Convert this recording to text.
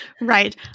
Right